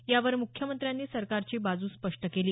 यावर मुख्यमंत्र्यांनी सरकारची बाजू स्पष्ट केली